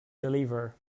deliver